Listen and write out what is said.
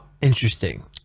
interesting